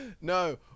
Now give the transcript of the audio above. no